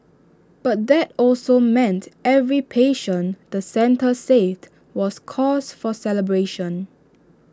but that also meant every patient the centre saved was cause for celebration